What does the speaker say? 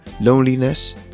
loneliness